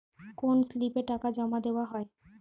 কোন স্লিপে টাকা জমাদেওয়া হয়?